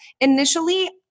initially